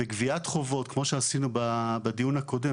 וגביית חובות, כמו שעשינו בדיון הקודם.